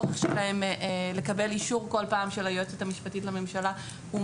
הצורך שלהם לקבל אישור כל פעם של היועצת המשפטית לממשלה הוא